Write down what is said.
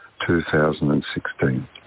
2016